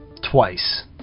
twice